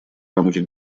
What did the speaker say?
рамки